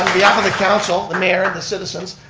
behalf of the council, the mayor and the citizens,